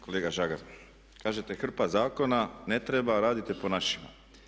Kolega Žagar, kažete hrpa zakona, ne treba radite po našima.